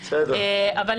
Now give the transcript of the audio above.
אבל,